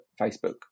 facebook